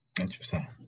Interesting